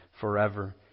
forever